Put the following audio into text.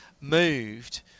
moved